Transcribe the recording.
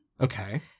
Okay